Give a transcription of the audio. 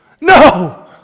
No